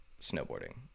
snowboarding